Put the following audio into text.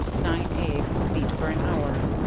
nine eggs, beat for an hour,